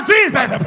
Jesus